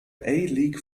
league